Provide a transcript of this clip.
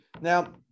now